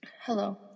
Hello